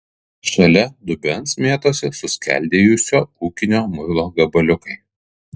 šalia dubens mėtosi suskeldėjusio ūkinio muilo gabaliukai